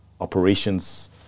operations